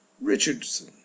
Richardson